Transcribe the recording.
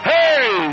Hey